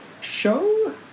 show